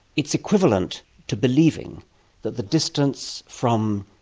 it's equivalent to believing that the distance from,